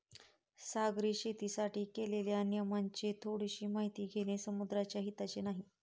सागरी शेतीसाठी केलेल्या नियमांची थोडीशी माहिती घेणे समुद्राच्या हिताचे नाही